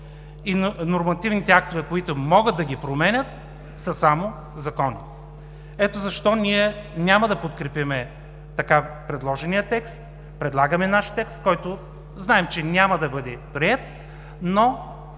и нормативните актове, които могат да ги променят, са само закони. Ето защо ние няма да подкрепим предложения текст. Предлагаме наш текст, който знаем, че няма да бъде приет, но